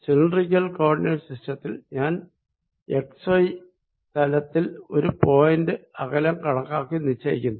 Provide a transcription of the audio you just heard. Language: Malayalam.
സിലിണ്ടറിക്കൽ കോ ഓർഡിനേറ്റ് സിസ്റ്റത്തിൽ ഞാൻ എക്സ്വൈ തലത്തിൽ ഒരു പോയിന്റ് അകലം കണക്കാക്കി നിശ്ചയിക്കുന്നു